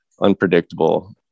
unpredictable